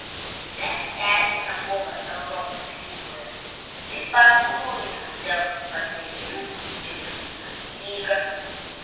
mes tęsiame kovą europos lygoje taip pat kovojame dėl patekimo į čempionų lygą